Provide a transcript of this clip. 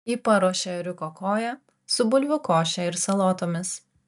ji paruošė ėriuko koją su bulvių koše ir salotomis